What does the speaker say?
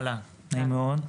אהלן, נעים מאוד.